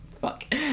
Fuck